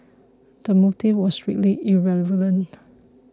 the motive was strictly irrelevant